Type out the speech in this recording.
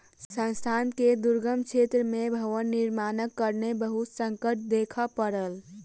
संस्थान के दुर्गम क्षेत्र में भवन निर्माणक कारणेँ बहुत संकट देखअ पड़ल